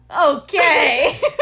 Okay